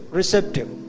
receptive